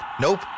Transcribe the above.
Nope